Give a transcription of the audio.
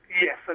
Yes